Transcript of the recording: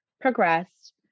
progressed